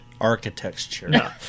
architecture